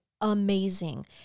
amazing